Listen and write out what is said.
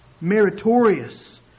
meritorious